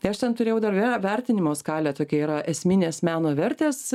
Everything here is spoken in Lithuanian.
tai aš ten turėjau dar yra vertinimo skalė tokia yra esminės meno vertės